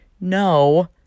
no